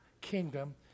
kingdom